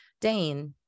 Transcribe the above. Dane